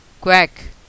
quack